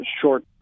short